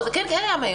לא, זה כן קיים היום.